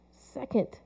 second